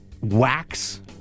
wax